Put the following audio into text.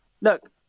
look